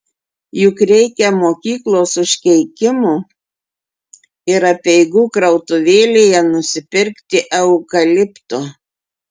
juk reikia mokyklos užkeikimų ir apeigų krautuvėlėje nusipirkti eukalipto